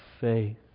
faith